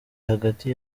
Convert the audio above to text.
hagati